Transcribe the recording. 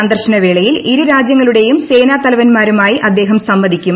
സന്ദർശനവേളയിൽ ഇരുരാജ്യങ്ങളുടെയും സേനാ തലവന്മാരുമായി അദ്ദേഹം സംവദിക്കും